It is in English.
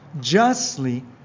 justly